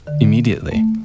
immediately